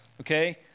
Okay